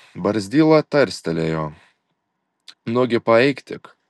barzdyla tarstelėjo nugi paeik tik